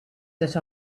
that